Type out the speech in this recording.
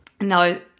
no